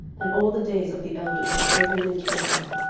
and all the days of the elders that overlived joshua,